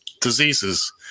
diseases